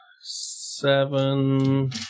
seven